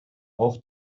auch